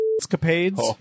escapades